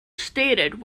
stated